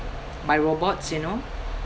by robots you know